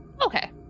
Okay